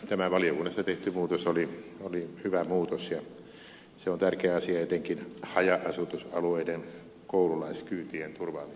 tämä valiokunnassa tehty muutos oli hyvä muutos ja se on tärkeä asia etenkin haja asutusalueiden koululaiskyytien turvaamisen kannalta